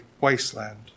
wasteland